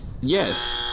yes